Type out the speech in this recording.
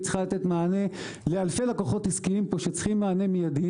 צריכה לתת מענה לאלפי לקוחות עסקיים שצריכים מענה מיידי